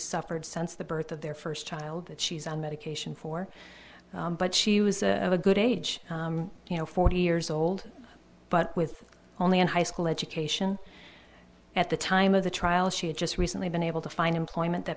suffered since the birth of their first child that she's on medication for but she was a good age you know forty years old but with only a high school education at the time of the trial she had just recently been able to find employment that